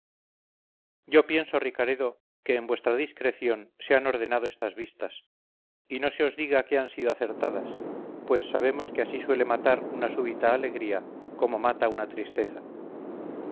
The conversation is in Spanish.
yo pienso ricaredo que en vuestra discreción se han ordenado estas vistas y no se os diga que han sido acertadas pues sabemos que así suele matar una súbita alegría como mata una tristeza